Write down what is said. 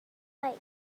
like